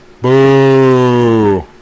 Boo